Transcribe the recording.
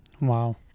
wow